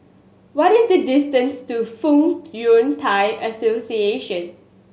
what is the distance to Fong Yun Thai Association